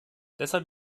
deshalb